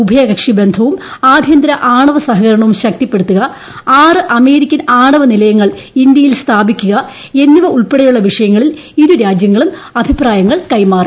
ഉഭയകക്ഷി ബന്ധവും ആഭ്യന്തര ആണവ സ്ഹൃക്കരണവും ശക്തിപ്പെടുത്തുക അമേരിക്കൻ ആണവ നിലയങ്ങൾ ഇന്ത്യയിൽ സ്ഥാപിക്കുക എന്നിവ ഉൾപ്പെടെയുള്ള വിഷയങ്ങളിൽ ഇരുരാജ്യങ്ങളും അഭിപ്രായങ്ങൾ കൈമാറി